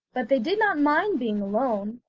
but they did not mind being alone,